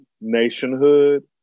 nationhood